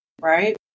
right